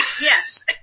yes